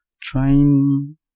trying